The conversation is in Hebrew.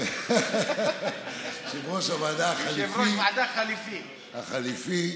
יושב-ראש הוועדה החליפי,